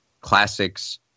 classics